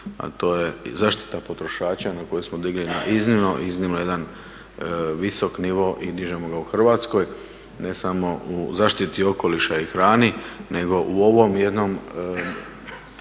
to je zaštita potrošača koju smo digli na iznimno, iznimno jedan visok nivo i dižemo ga u Hrvatskoj ne samo u zaštiti okoliša i hrani nego u ovom jednom